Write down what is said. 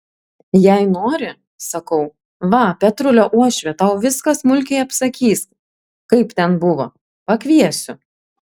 jei nori sakau va petrulio uošvė tau viską smulkiai apsakys kaip ten buvo pakviesiu